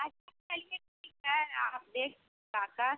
अच्छा चलिए ठीक है आप देख लीजिए आकर